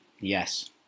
Yes